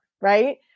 right